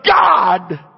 God